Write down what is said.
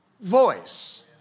voice